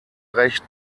recht